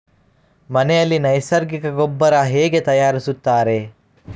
ಮನೆಯಲ್ಲಿ ನೈಸರ್ಗಿಕ ಗೊಬ್ಬರ ಹೇಗೆ ತಯಾರಿಸುತ್ತಾರೆ?